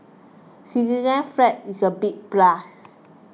Switzerland's flag is a big plus